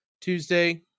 Tuesday